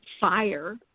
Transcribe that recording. Fire